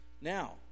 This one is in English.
now